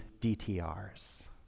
DTRs